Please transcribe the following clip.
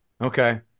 Okay